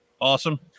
Awesome